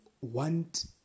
want